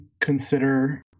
consider